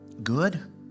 good